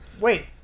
Wait